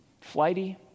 flighty